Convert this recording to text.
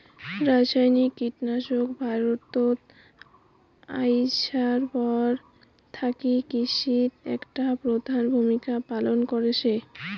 রাসায়নিক কীটনাশক ভারতত আইসার পর থাকি কৃষিত একটা প্রধান ভূমিকা পালন করসে